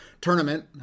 tournament